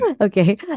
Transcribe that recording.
Okay